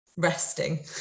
Resting